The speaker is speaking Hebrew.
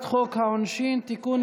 העונשין (תיקון,